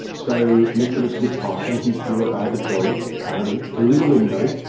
so nicholas was passing, and he threw a bag of gold, apparently through the window,